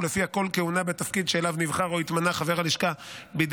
שלפיה כל כהונה בתפקיד שאליו נבחר או התמנה חבר הלשכה בידי